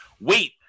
wait